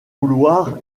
vouloir